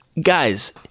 guys